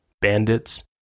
bandits